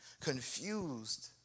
confused